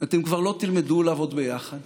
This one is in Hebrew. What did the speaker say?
אתם כבר לא תלמדו לעבוד ביחד,